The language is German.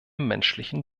menschlichen